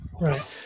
Right